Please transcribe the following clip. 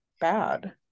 bad